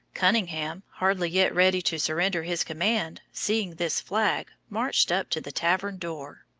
cunningham, hardly yet ready to surrender his command, seeing this flag, marched up to the tavern door.